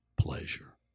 pleasure